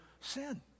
sin